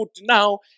now